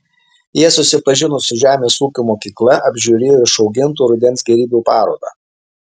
jie susipažino su žemės ūkio mokykla apžiūrėjo išaugintų rudens gėrybių parodą